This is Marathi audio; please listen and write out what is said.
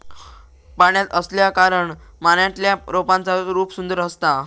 पाण्यात असल्याकारणान पाण्यातल्या रोपांचा रूप सुंदर असता